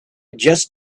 just